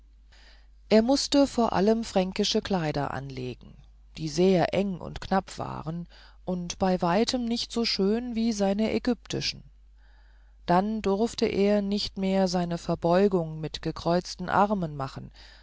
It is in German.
er mußte vor allem fränkische kleider anlegen die sehr enge und knapp waren und bei weitem nicht so schön wie seine ägyptischen dann durfte er nicht mehr seine verbeugung mit gekreuzten armen machen